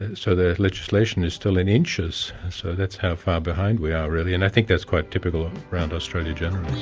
so their legislation is still in inches. so that's how far behind we are really, and i think that's quite typical around australia generally.